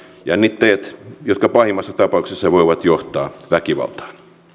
jännitteitä jotka pahimmassa tapauksessa voivat johtaa väkivaltaan